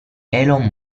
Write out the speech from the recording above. elon